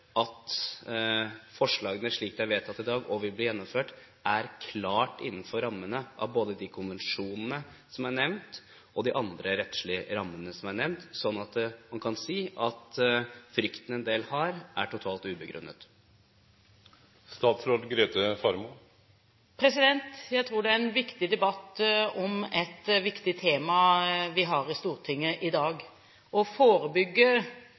at forslagene – slik de blir vedtatt i dag, og vil bli gjennomført – er klart innenfor rammene av både de konvensjonene som er nevnt, og de andre rettslige rammene som er nevnt, slik at man kan si at frykten som en del har, er totalt ubegrunnet? Jeg tror det er en viktig debatt om et viktig tema vi har i Stortinget i dag. Å forebygge